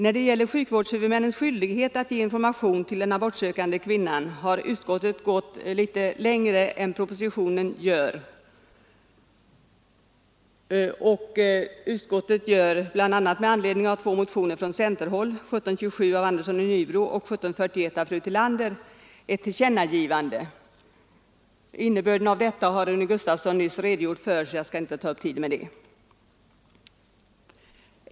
När det gäller sjukvårdshuvudmännens skyldighet att ge information till den abortsökande kvinnan har utskottet gått längre än propositionen och gör bl.a. med anledning av två motioner från centerhåll, nr 1727 av herr Andersson i Nybro m.fl. och nr 1738 av fru Tillander m.fl., ett tillkännagivande. Innebörden av detta har herr Gustavsson i Alvesta nyss redogjort för och jag skall inte ta upp tid med det.